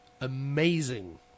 Amazing